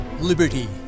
liberty